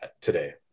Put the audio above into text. today